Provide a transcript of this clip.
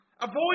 Avoid